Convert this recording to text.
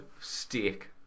steak